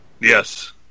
Yes